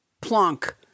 plonk